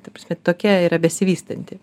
ta prasme tokia yra besivystanti